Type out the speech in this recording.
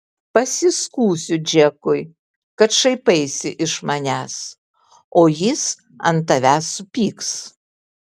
pasiskųsiu džekui kad šaipaisi iš manęs o jis ant tavęs supyks